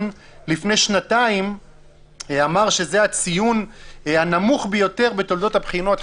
לפני שנתיים אמר שזה הציון הנמוך ביותר בתולדות הבחינות,